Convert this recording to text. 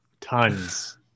Tons